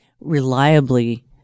reliably